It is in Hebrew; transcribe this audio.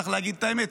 צריך להגיד את האמת,